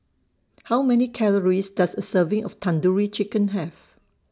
How Many Calories Does A Serving of Tandoori Chicken Have